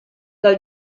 dal